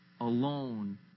alone